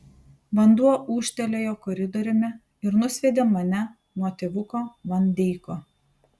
vanduo ūžtelėjo koridoriumi ir nusviedė mane nuo tėvuko van deiko